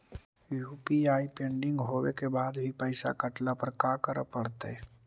UPI pending होवे के बाद भी पैसा कटला पर का करे पड़तई?